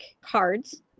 cards